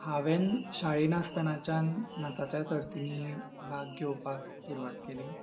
हांवें शाळेन आसतनाच्यान नाचाच्या सर्तिंनी भाग घेवपाक सुरवात केली